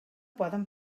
poden